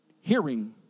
hearing